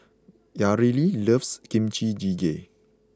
Yareli loves Kimchi Jjigae